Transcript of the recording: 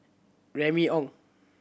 Remy Ong